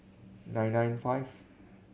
nine nine five